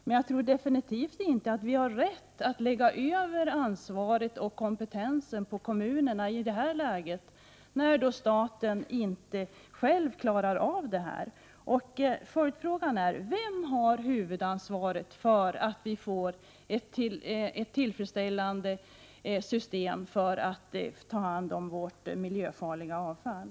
Däremot tror jag definitivt inte att vi har rätt att lägga över ansvaret på kommunerna och att kräva att dessa skall ha all kompetens i detta läge, när staten inte själv klarar av det här. En följdfråga blir: Vem har huvudansvaret för att skapa ett tillfredsställande system för hanteringen av vårt miljöfarliga avfall?